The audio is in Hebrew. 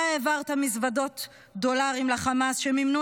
אתה העברת מזוודות דולרים לחמאס שמימנו